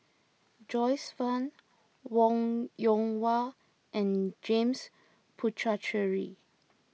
Joyce Fan Wong Yoon Wah and James Puthucheary